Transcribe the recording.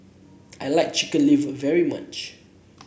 I like Chicken Liver very much